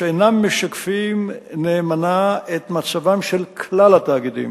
שאינם משקפים נאמנה את מצבם של כלל התאגידים.